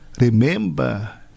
Remember